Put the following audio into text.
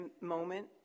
moment